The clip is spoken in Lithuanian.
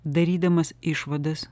darydamas išvadas